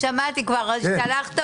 אני בעד, אני מתנצל.